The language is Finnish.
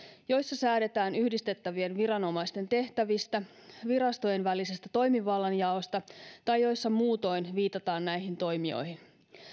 joissa säädetään yhdistettävien viranomaisten tehtävistä virastojen välisestä toimivallanjaosta tai joissa muutoin viitataan näihin toimijoihin